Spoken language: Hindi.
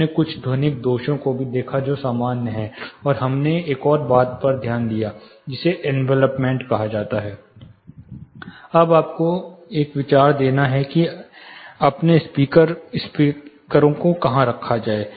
हमने कुछ ध्वनिक दोषों को भी देखा जो सामान्य हैं और हमने एक और बात पर भी ध्यान दिया जिसे एनवेलपमेंट कहा जाता है यह आपको एक विचार देना है कि अपने स्पीकर ओं को कहां रखा जाए